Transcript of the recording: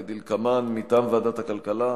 כדלקמן: מטעם ועדת הכלכלה,